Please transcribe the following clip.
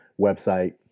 website